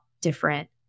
different